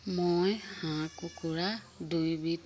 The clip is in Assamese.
মই হাঁহ কুকুৰা দুইবিধ